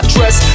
dress